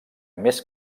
més